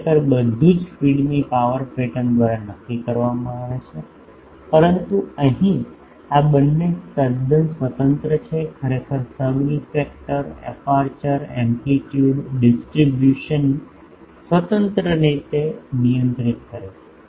ખરેખર બધું જ ફીડની પાવર પેટર્ન દ્વારા નક્કી કરવામાં આવે છે પરંતુ અહીં આ બંને તદ્દન સ્વતંત્ર છે ખરેખર સબરેલેક્ફેક્ટર અપેર્ચર એમ્પલીટ્યુડ ડિસ્ટ્રીબ્યુશનસ્વતંત્ર રીતે નિયંત્રિત કરે છે